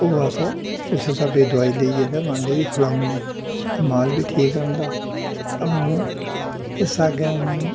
ओह् अस उस्सै हिसाबे दी दोआई लेइयै ते माल्लै गी खलाई ओड़नें ते माल बी ठीक रौंह्दा ते अ'ऊं इस अग्गें हून